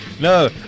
No